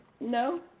No